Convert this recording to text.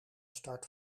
start